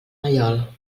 mallol